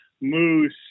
moose